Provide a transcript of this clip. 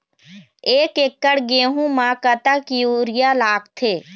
एक एकड़ गेहूं म कतक यूरिया लागथे?